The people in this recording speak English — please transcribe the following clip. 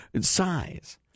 size